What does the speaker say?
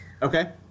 Okay